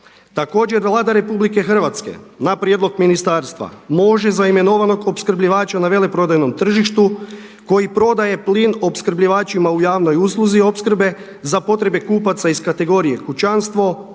Također Vlada RH na prijedlog ministarstva može za imenovanog opskrbljivača na veleprodajnom tržištu koji prodaje plin opskrbljivačima u javnoj usluzi opskrbe za potrebe kupaca iz kategorije kućanstvo